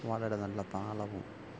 വളരെ നല്ല താളവും